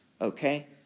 okay